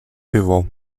pivo